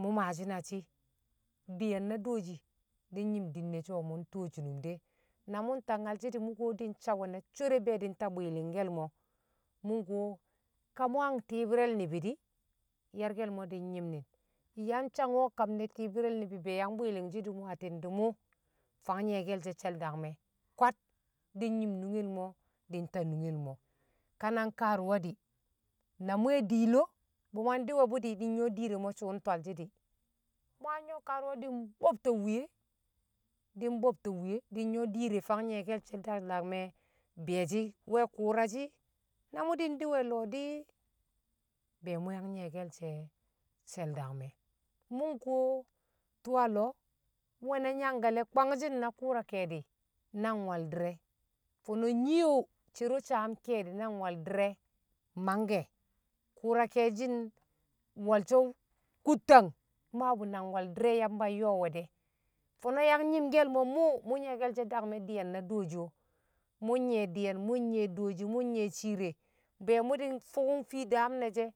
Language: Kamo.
mṵ maashi na shi̱, di̱ye̱n na dooshi di̱ nyi̱m din ne̱ sho mṵ ntuwo shi nun de̱, na mu nta nyalshi̱ di̱ mṵ kuwodi̱ sawe̱ na, swe̱re̱ be̱e̱ di̱ nta bwi̱li̱ng ke̱l mo̱ mṵ nkuwo ka mu a nti̱bi̱re̱l ni̱bi̱ di̱ yarke̱l mo̱ di̱ nyi̱mnin yang shanko̱ a ti̱i̱bi̱re̱l ni̱bi̱ be̱e̱ yang bwi̱i̱ling ke̱l mo̱ atti̱n di̱ mṵ fang nyi̱ye̱ke̱l she̱ she̱l dangme̱ kwad di̱ nyi̱m mingel mo̱ di̱ nta nungel mo̱, ka na nkaaruwa di̱ na mwe̱ di̱i̱lo bṵ mwan di̱we̱bṵ di̱ di̱ nyuwo̱ diir re̱ mo̱ suun twalshi̱ di̱ mṵ yang nyṵwo̱ kaarawa di̱ mbo̱bto̱ wuye di̱ di̱ mbo̱bto̱ wuye nyṵwo̱ di̱n nyo diir re̱ fang nyeye̱ke̱l she̱ she̱l dangme̱ bi̱yo̱shi̱ we̱ kṵṵrashi̱ na mṵ di̱n di̱we̱ a lo̱ di̱ be̱e̱ mṵ yang nyi̱ye̱ kel she̱ shel dangme, mu nkuwo tuwa a loo mwe̱na nyangkale kwangshi̱n na ki̱rṵra ke̱e̱di̱ nang we̱l di̱re̱ fo̱no̱ nyi̱ye̱ wṵ cero saam ke̱e̱di̱ nang we̱l di̱re̱ mange ke kṵṵra ke̱nshi̱n wo̱l sho̱ kuttang mmaabṵ nang we̱l di̱re̱ yamba nyo̱o̱we̱ de̱, fo̱no̱ yang nyi̱mkel mṵ wṵ mṵ nyi̱ye̱ke̱l she̱l dangme̱ di̱ye̱n na dooshi o̱, mṵ nye̱ di̱ye̱n, mṵ dooshi mu̱ nye̱ cire be̱e̱ mṵ di̱ fṵkṵn fi̱ daam ne she̱.